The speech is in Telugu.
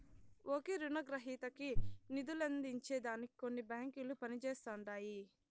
ఒకే రునగ్రహీతకి నిదులందించే దానికి కొన్ని బాంకిలు పనిజేస్తండాయి